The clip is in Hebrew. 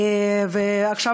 ועכשיו,